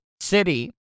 city